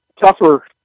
tougher